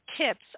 tips